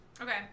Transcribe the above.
Okay